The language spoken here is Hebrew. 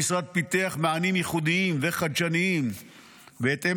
המשרד פיתח מענים ייחודיים וחדשניים בהתאם